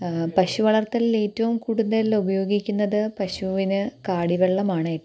പശു വളർത്തലിൽ ഏറ്റവും കൂടുതൽ ഉപയോഗിക്കുന്നത് പശുവിനു കാടിവെള്ളമാണ്